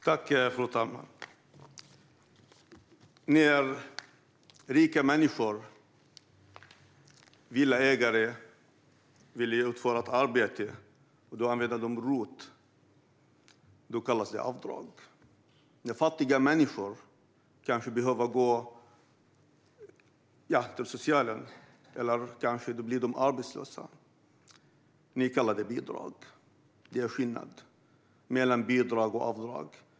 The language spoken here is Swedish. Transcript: Fru talman! När rika människor, villaägare, vill få ett arbete utfört använder de ROT. Då kallas det avdrag. När fattiga människor behöver gå till socialen, kanske för att de har blivit arbetslösa, kallar ni det bidrag. Det är skillnad på bidrag och avdrag.